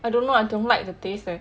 I don't know I don't like the taste